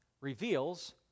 reveals